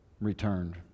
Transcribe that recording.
returned